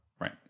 Right